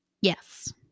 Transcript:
yes